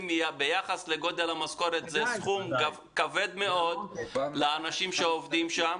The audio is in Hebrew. ביחס לגודל המשכורת זה סכום כבד מאוד לאנשים שעובדים שם.